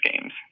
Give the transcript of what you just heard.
games